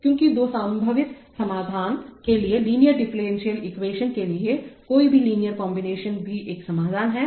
क्योंकिदो संभावित समाधान के लीनियर डिफरेंशियल एक्वेशन के लिए कोई भी लीनियर कॉम्बिनेशन भी एक समाधान हैं